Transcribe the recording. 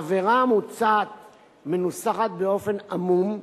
העבירה המוצעת מנוסחת באופן עמום,